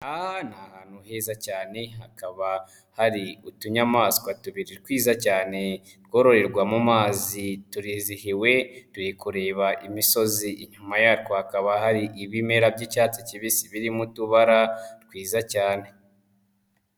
Ahantu heza cyane hakaba hari utunyamaswa tubiri twiza cyane, twororerwa mu mazi, turizihiwe, turi kureba imisozi inyuma hakaba hari ibimera by'icyatsi kibisi birimo utubara twiza cyane.